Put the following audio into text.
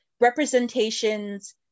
representations